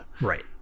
right